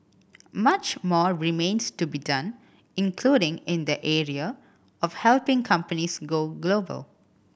much more remains to be done including in the area of helping companies go global